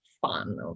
fun